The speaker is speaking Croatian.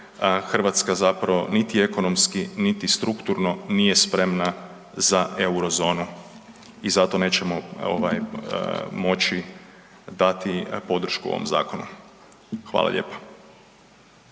Hrvatska niti ekonomski, niti strukturno nije spremna za Eurozonu i zato nećemo moći dati podršku ovom zakonu. Hvala lijepa.